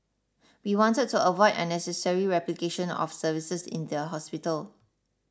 we wanted to avoid unnecessary replication of services in their hospital